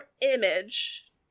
image